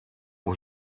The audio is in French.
aux